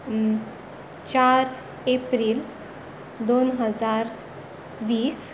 चार एप्रील दोन हजार वीस